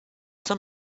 some